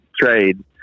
trade